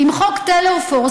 עם "חוק טיילור פורס",